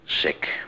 Sick